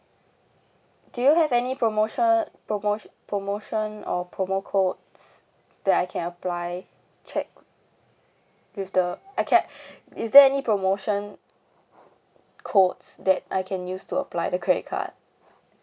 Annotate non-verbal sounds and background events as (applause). do you have any promotion promoti~ promotion or promo codes that I can apply check with the I ca~ (breath) is there any promotion codes that I can use to apply the credit card